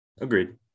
Agreed